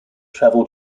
travel